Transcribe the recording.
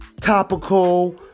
topical